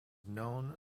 known